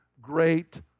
great